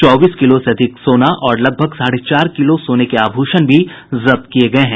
चौबीस किलो से अधिक सोना और लगभग साढ़े चार किलो सोने के आभूषण भी जब्त किये गये हैं